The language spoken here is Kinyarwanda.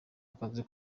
akazi